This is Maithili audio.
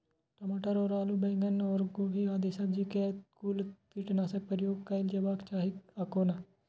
टमाटर और आलू और बैंगन और गोभी आदि सब्जी केय लेल कुन कीटनाशक प्रयोग कैल जेबाक चाहि आ कोना?